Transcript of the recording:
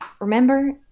Remember